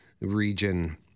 region